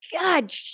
God